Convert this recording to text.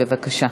בבקשה.